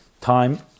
time